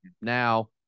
now